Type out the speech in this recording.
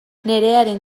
nerearen